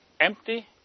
empty